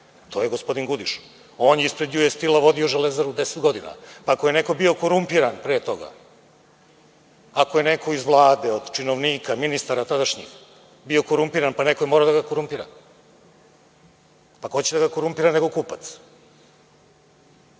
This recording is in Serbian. To je gospodin Gudiš. On je ispred US Steel-a vodio „Železaru“ deset godina. Ako je neko bio korumpiran pre toga, ako je neko iz Vlade, od činovnika, ministara tadašnjih, bio korumpiran, pa neko je morao da ga korumpira. Pa ko će da ga korumpira nego kupac?